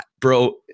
bro